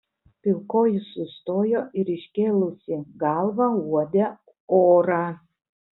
pilkoji sustojo ir iškėlusi galvą uodė orą